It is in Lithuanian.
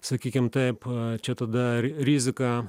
sakykim taip čia tada ri rizika